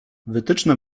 wytyczne